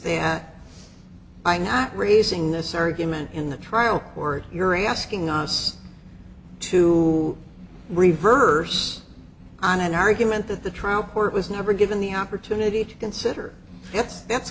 am not raising this argument in the trial or you're asking us to reverse on an argument that the trial court was never given the opportunity consider yes that's